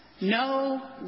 No